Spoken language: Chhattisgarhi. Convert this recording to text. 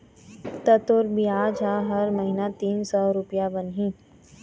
ता तोर बियाज ह हर महिना तीन सौ रुपया बनही